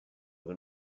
than